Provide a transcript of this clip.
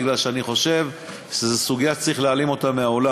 כי אני חושב שזו סוגיה שצריך להעלים אותה מן העולם.